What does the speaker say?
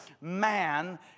man